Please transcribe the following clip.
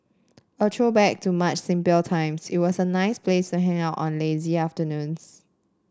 a throwback to much simpler times it was a nice place to hang out on lazy afternoons